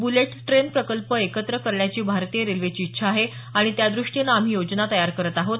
bullet train प्रकल्प एकत्र करण्याची भारतीय रेल्वेची इच्छा आहे आणि त्यादृष्टीने आम्ही योजना तयार करत आहोत